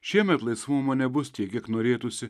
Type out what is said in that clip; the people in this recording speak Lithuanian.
šiemet laisvumo nebus tiek kiek norėtųsi